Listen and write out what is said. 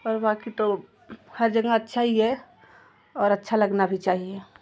और बाकी तो हर जगह अच्छा ही है और अच्छा लगना भी चाहिए